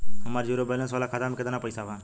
हमार zero balance वाला खाता में केतना पईसा बा?